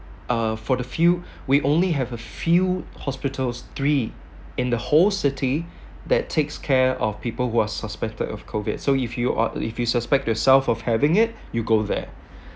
uh for the few we only have a few hospitals three in the whole city that takes care of people who are suspected of COVID so if you are if you suspect yourself of having it you go there